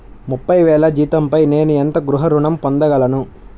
ముప్పై వేల జీతంపై నేను ఎంత గృహ ఋణం పొందగలను?